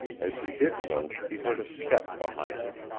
as he did so, he heard a step behind him.